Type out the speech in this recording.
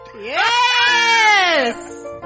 Yes